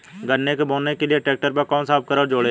गन्ने को बोने के लिये ट्रैक्टर पर कौन सा उपकरण जोड़ें?